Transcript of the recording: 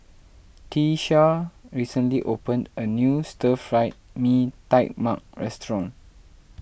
Tiesha recently opened a new Stir Fried Mee Tai Mak Restaurant